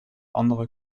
andere